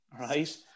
right